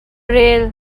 rel